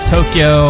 Tokyo